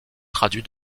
traduits